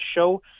show